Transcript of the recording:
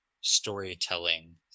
storytelling